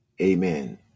Amen